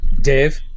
Dave